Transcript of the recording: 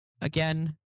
Again